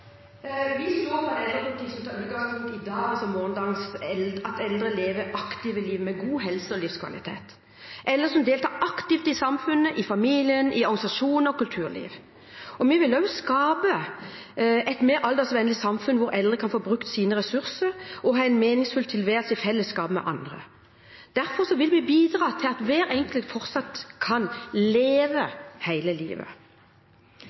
i dagens og morgendagens eldre, at eldre lever et aktivt liv med god helse og livskvalitet og deltar aktivt i samfunnet, i familien, i organisasjoner og kulturliv. Vi vil også skape et mer aldersvennlig samfunn, hvor eldre kan få brukt sine ressurser og ha en meningsfull tilværelse i fellesskap med andre. Derfor vil vi bidra til at hver enkelt fortsatt kan leve hele livet.